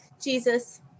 Jesus